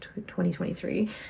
2023